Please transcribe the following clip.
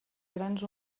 grans